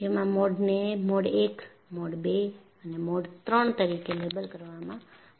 જેમાં મોડ ને mode I mode II અને મોડ III તરીકે લેબલ કરવામાં આવ્યુ છે